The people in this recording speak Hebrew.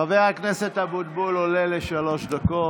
חבר הכנסת אבוטבול עולה לשלוש דקות.